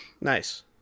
Nice